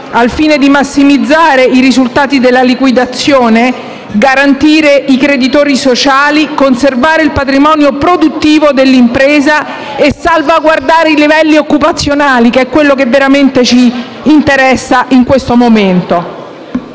al fine di massimizzare i risultati della liquidazione, garantire i creditori sociali, conservare il patrimonio produttivo dell'impresa e salvaguardare i livelli occupazionali (che è ciò che veramente ci interessa in questo momento).